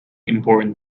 important